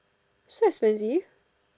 so expansive